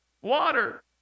water